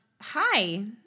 Hi